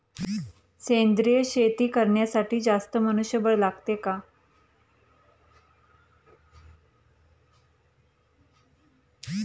सेंद्रिय शेती करण्यासाठी जास्त मनुष्यबळ लागते का?